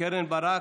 קרן ברק.